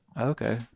Okay